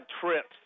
trips